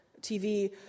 TV